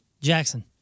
Jackson